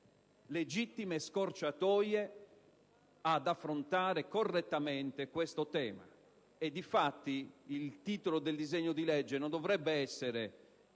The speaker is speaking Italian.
legittime scorciatoie per affrontare correttamente questo tema. E dunque il titolo del disegno di legge non dovrebbe essere